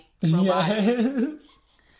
Yes